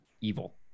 evil